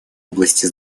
области